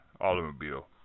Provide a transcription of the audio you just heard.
automobile